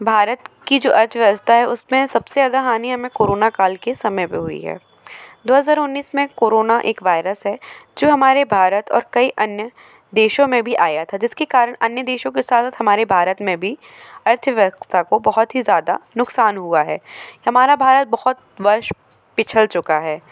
भारत की जो अर्थव्यवस्था है उसमें सबसे ज़्यादा हानि हमें कोरोना काल के समय पे हुई है दो हज़ार उन्नीस में कोरोना एक वाईरस है जो हमारे भारत और कई अन्य देशों में भी आया था जिसके कारण अन्य देशों के साथ हमारे भारत में भी अर्थव्यवक्स्था को बहुत ही ज़्यादा नुकसान हुआ है हमारा भारत बहुत वर्ष पिछल चुका है